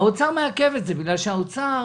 האוצר מעכב את זה בגלל שהאוצר